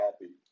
happy